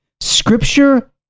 Scripture